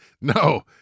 No